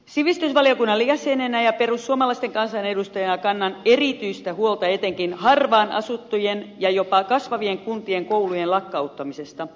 sivistysvaliokunnan jäsenenä ja perussuomalaisten kansanedustajana kannan erityistä huolta etenkin harvaan asuttujen ja jopa kasvavien kuntien koulujen lakkauttamisesta